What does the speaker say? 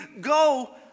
go